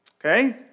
Okay